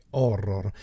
horror